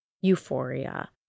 euphoria